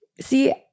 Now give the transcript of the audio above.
see